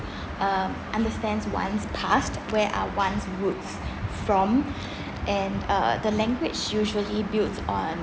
um understands one's past where are one's root from and uh the language usually built on